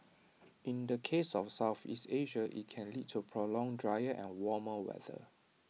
in the case of Southeast Asia IT can lead to prolonged drier and warmer weather